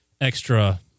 extra